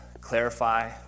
clarify